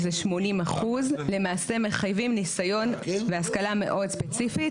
שזה 80% למעשה מחייבים ניסיון והשכלה מאוד ספציפיים.